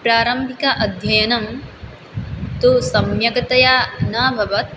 प्रारम्भिक अध्ययनं तु सम्यकतया न भवत्